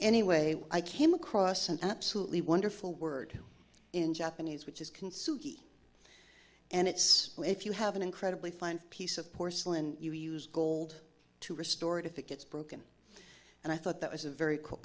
anyway i came across an absolutely wonderful word in japanese which is consumed and it's if you have an incredibly fine piece of porcelain you use gold to restore it if it gets broken and i thought that was a very cool